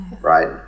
right